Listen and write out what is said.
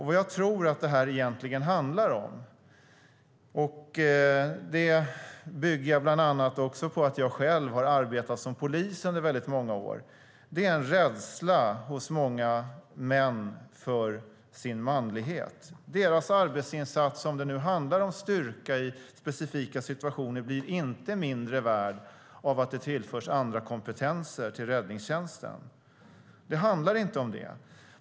Vad jag tror att det här egentligen handlar om, och det bygger jag bland annat också på att jag själv har arbetat som polis under väldigt många år, är att många män är rädda om sin manlighet. Deras arbetsinsats, om det nu handlar om styrka i specifika situationer, blir inte mindre värd av att det tillförs andra kompetenser till räddningstjänsten. Det handlar inte om det.